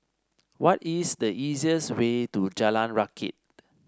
what is the easiest way to Jalan Rakit